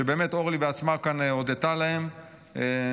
שאורלי עצמה הודתה להם כאן,